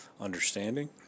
understanding